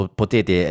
potete